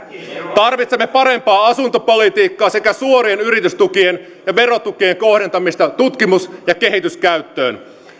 tarvitsemme parempaa asuntopolitiikkaa sekä suorien yritystukien ja verotukien kohdentamista tutkimus ja kehityskäyttöön